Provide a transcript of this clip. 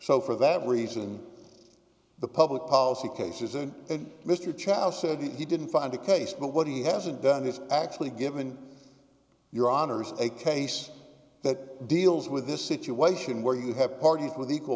so for that reason the public policy case isn't it mr chow said he didn't find a case but what he hasn't done this actually given your honour's a case that deals with this situation where you have parties with equal